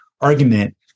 argument